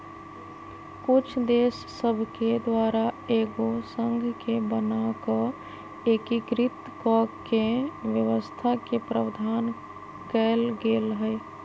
कुछ देश सभके द्वारा एगो संघ के बना कऽ एकीकृत कऽकेँ व्यवस्था के प्रावधान कएल गेल हइ